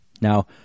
Now